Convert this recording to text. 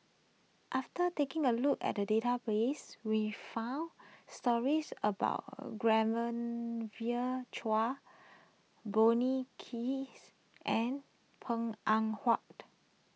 after taking a look at the database we found stories about Chua Bonny Hicks and Png Eng Huat